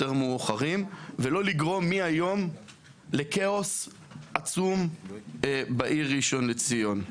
מאוחרים ולא לגרום מהיום לכאוס עצום בעיר ראשון לציון.